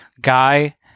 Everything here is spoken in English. guy